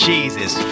Jesus